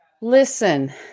listen